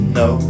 no